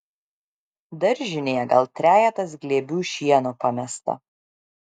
daržinėje gal trejetas glėbių šieno pamesta